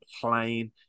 plain